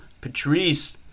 Patrice